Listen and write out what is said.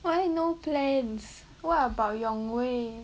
why no plans what about yong wei